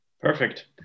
Perfect